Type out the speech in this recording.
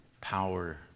power